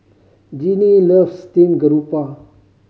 Jeanie loves steamed garoupa